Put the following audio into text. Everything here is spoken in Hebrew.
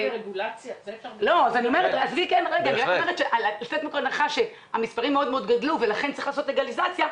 צריך לצאת מתוך הנחה שהמספרים גדלו ולכן צריך לעשות לגליזציה,